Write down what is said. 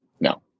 no